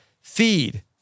feed